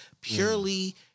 purely